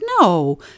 no